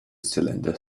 cylinder